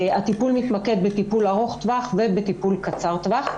הטיפול מתמקד בטיפול ארוך טווח ובטיפול קצר טווח.